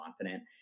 confident